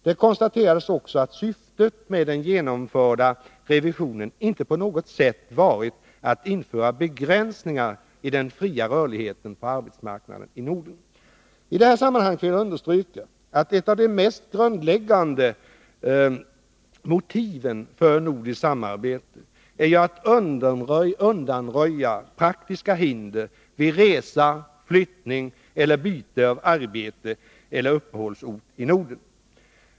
Det konstaterades också att syftet med den genomförda revisionen inte på något sätt varit att införa begränsningar i den fria rörligheten på arbetsmarknaden i Norden. I detta sammanhang vill jag understryka att ett av de mest grundläggande motiven för nordiskt samarbete är att undanröja praktiska hinder vid resa, flyttning eller byte av arbete eller uppehållsort i Norden.